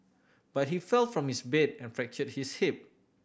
but he fell from his bed and fractured his hip